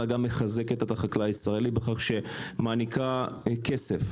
אלא גם מחזקת את החקלאי הישראלי בכך שמעניקה כסף.